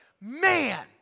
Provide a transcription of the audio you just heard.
man